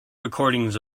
recordings